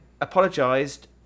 apologised